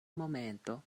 momento